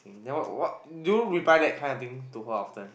then what what do you reply that kind of things to her often